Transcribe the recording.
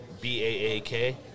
B-A-A-K